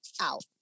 out